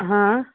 हँ